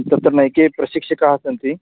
तत्र नैके प्रशिक्षिकाः सन्ति